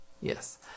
yes